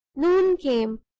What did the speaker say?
noon came,